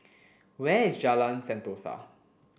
where is Jalan Sentosa